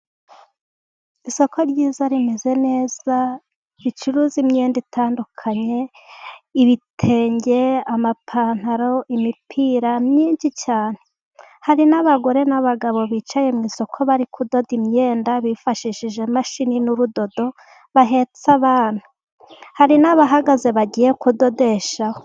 Isoko ryiza rimeze neza, ricuruza imyenda itandukanye, ibitenge, amapantaro, imipira myinshi cyane, hari n'abagore n'abagabo bicaye mu isoko bari kudoda imyenda, bifashishije imashini n'urudodo, bahetse abana, hari n'abahagaze bagiye kudodeshaho.